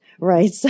Right